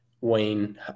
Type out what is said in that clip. wayne